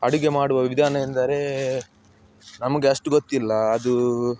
ಅಡುಗೆ ಮಾಡುವ ವಿಧಾನ ಎಂದರೆ ನಮಗೆ ಅಷ್ಟು ಗೊತ್ತಿಲ್ಲ ಅದು